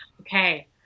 Okay